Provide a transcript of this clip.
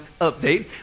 update